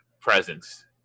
presence